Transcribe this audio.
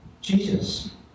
Jesus